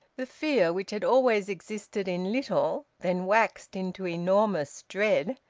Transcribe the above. the fear, which had always existed in little, then waxed into enormous dread,